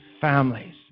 families